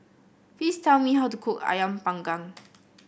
please tell me how to cook ayam panggang